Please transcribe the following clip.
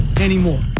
Anymore